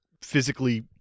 Physically